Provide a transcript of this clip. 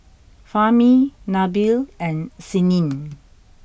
Fahmi Nabil and Senin